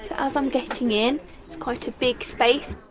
as i'm getting in it's quite a big space.